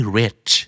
rich